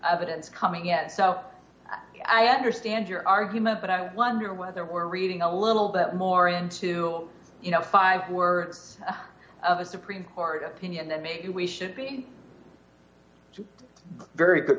evidence coming in so i understand your argument but i wonder whether we're reading a little bit more into you know five were of a supreme court opinion that maybe we should be very good